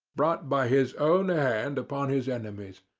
brought by his own hand upon his enemies.